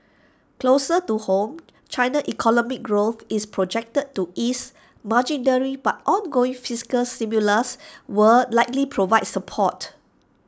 closer to home China's economic growth is projected to ease marginally but ongoing fiscal stimulus will likely provide support